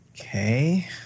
Okay